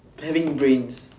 having brains